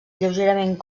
lleugerament